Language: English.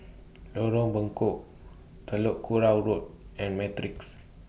Lorong Bengkok Telok Kurau Road and Matrix